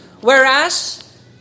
Whereas